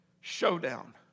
showdown